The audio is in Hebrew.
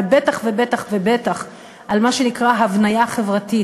ובטח ובטח ובטח על מה שנקרא הבניה חברתית,